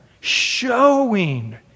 showing